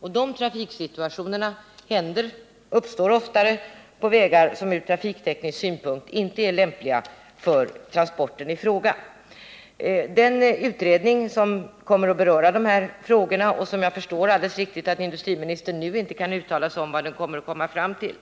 Sådana trafiksituationer inträffar oftare på vägar som ur trafikteknisk synpunkt inte är lämpliga för transporten i fråga. Jag förstår naturligtvis att industriministern nu inte kan uttala sig om vilka resultat den tillsatta utredningen kommer att ge.